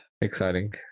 exciting